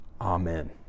Amen